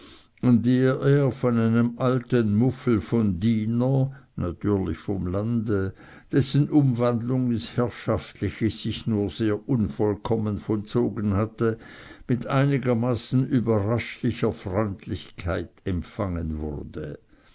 er von einem alten muffel von diener natürlich vom lande dessen umwandlung ins herrschaftliche sich nur sehr unvollkommen vollzogen hatte mit einigermaßen überraschlicher freundlichkeit empfangen wurde